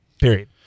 Period